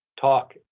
talk